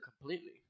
completely